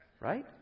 Right